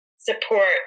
support